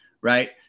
right